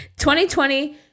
2020